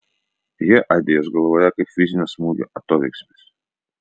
jie aidi jos galvoje kaip fizinio smūgio atoveiksmis